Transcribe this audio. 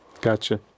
Gotcha